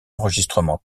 enregistrement